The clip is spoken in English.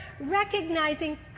recognizing